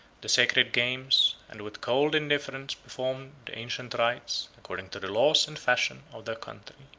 the sacred games, and with cold indifference performed the ancient rites, according to the laws and fashion of their country.